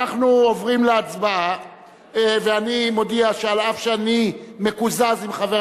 אנחנו עוברים להצבעה ואני מודיע שאף שאני מקוזז עם חבר